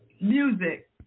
Music